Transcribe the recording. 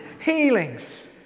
healings